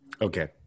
okay